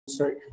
Sorry